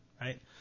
right